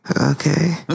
Okay